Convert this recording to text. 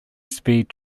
speed